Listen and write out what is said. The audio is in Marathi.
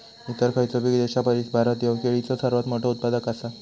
इतर खयचोबी देशापरिस भारत ह्यो केळीचो सर्वात मोठा उत्पादक आसा